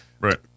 Right